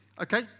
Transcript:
Okay